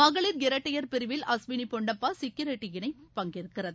மகளிர் இரட்டையர் பிரிவில் அஸ்வினி பொன்னப்பா சிக்கி ரெட்டி இணை பங்கேற்கிறது